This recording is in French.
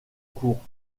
cours